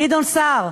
גדעון סער,